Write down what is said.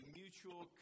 mutual